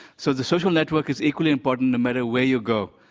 so the social network is equally important no matter where you go.